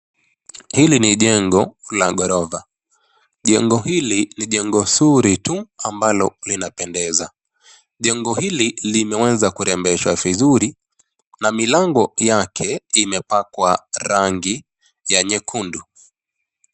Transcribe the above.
Hili ni jengo la gorofa. Jengo hili ni jengo zuri tu, ambalo linapendeza. Jengo hili limeweza kurembeshwa vizuri na milango yake imepakwa rangi ya nyekundu.